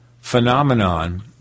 phenomenon